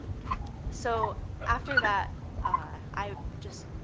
so, after that, i just,